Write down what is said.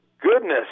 Goodness